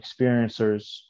experiencers